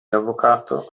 avvocato